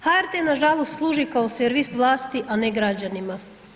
HRT nažalost služi kao servis vlasti, a ne građanima.